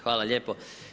Hvala lijepo.